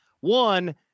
one